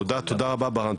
תודה ברהן,